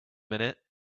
minute